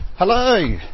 Hello